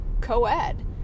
co-ed